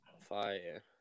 Fire